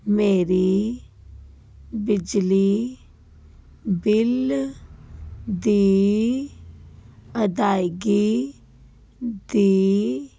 ਮੇਰੀ ਬਿਜਲੀ ਬਿੱਲ ਦੀ ਅਦਾਇਗੀ ਦੀ